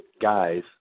guys